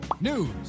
news